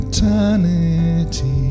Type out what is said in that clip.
Eternity